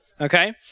Okay